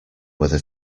whether